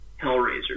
Hellraiser